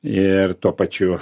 ir tuo pačiu